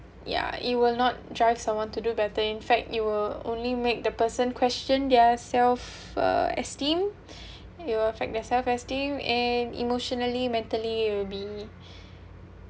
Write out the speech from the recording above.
ya it will not drive someone to do bad thing fact you will only make the person question their self uh esteem you affect their self esteem and emotionally mentally it'll be